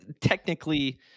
technically